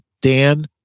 Dan